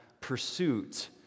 pursuit